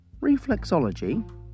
Reflexology